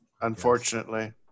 unfortunately